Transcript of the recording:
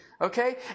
Okay